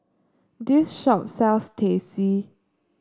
this shop sells Teh C